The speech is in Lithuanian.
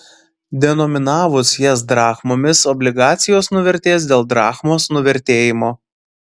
denominavus jas drachmomis obligacijos nuvertės dėl drachmos nuvertėjimo